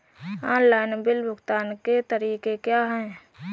Online bill भुगतान के तरीके क्या हैं?